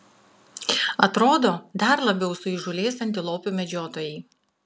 atrodo dar labiau suįžūlės antilopių medžiotojai